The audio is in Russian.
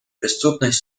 преступность